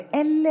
ואלה